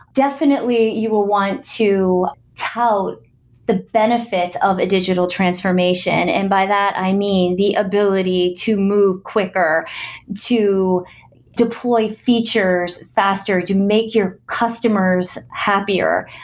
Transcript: definitely, you'll want to tell the benefit of a digital transformation. and by that, i mean, the ability to move quicker to deploy features features faster, to make your customers happier.